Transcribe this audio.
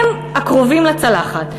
הם הקרובים לצלחת.